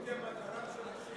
זאת המטרה של הסעיף.